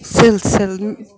سِلسل